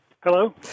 Hello